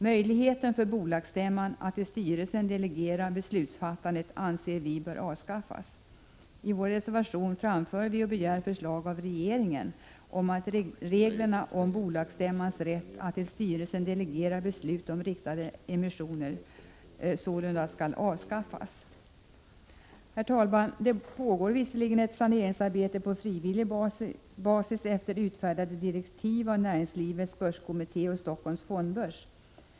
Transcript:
Möjligheten för bolagsstämman att till styrelsen delegera beslutsfattandet anser vi bör avskaffas. I vår reservation framför vi — och begär förslag härom från regeringen — att reglerna om bolagsstämmans rätt att till styrelsen delegera beslut om riktade emissioner sålunda skall avskaffas. Herr talman! Det pågår visserligen ett saneringsarbete på frivillig basis efter utfärdade direktiv av Näringslivets börskommitté och Stockholms fondbörs.